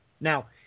Now